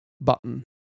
button